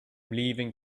leaving